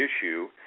issue